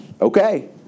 okay